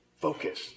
Focus